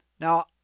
Now